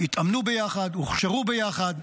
התאמנו ביחד, הוכשרו ביחד,